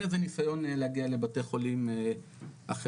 איזה ניסיון להגיע לבתי חולים אחרים,